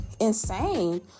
insane